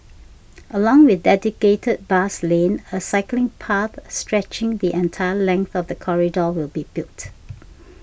along with dedicated bus lanes a cycling path stretching the entire length of the corridor will be built